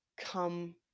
come